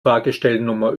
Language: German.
fahrgestellnummer